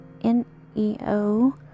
N-E-O